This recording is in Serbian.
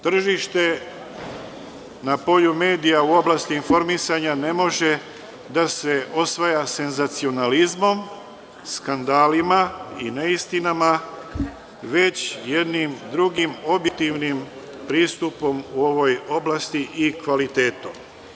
Tržište na polju medija u oblasti informisanja ne može da se osvaja senzacionalizmom, skandalima i neistinama, već jednim drugim objektivnim pristupom u ovoj oblasti i kvalitetom.